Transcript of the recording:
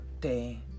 day